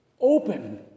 open